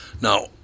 Now